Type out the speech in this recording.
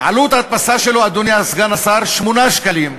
עלות ההדפסה שלו, אדוני סגן השר, 8 שקלים.